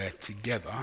together